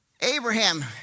Abraham